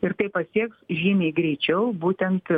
ir tai pasieks žymiai greičiau būtent